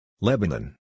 LEBANON